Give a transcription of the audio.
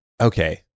okay